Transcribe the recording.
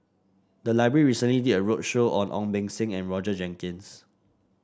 the library recently did a roadshow on Ong Beng Seng and Roger Jenkins